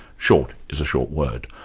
short is a short word.